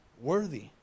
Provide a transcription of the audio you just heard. worthy